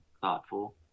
thoughtful